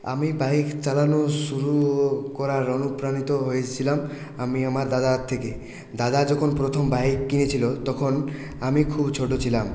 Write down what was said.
আমি বাইক চালানো শুরু ও করার অনুপ্রাণিত হয়েছিলাম আমি আমার দাদার থেকে দাদা যখন প্রথম বাইক কিনেছিল তখন আমি খুব ছোটো ছিলাম